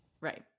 Right